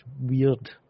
weird